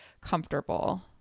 comfortable